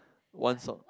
one sort